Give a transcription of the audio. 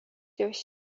jos